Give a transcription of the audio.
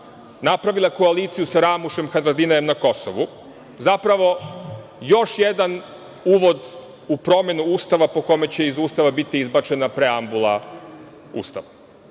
napravila koaliciju sa Ramušem Haradinajem na Kosovu zapravo još jedan uvod u promenu Ustava po kome će iz Ustava biti izbačena preambula Ustav?